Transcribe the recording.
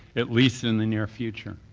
at least in the near future.